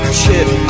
chip